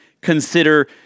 consider